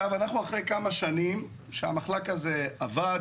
אנחנו אחרי כמה שנים שהמחלק הזה עבד,